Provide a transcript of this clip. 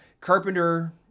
Carpenter